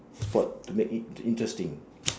sport to make it interesting